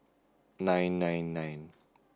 nine nine nine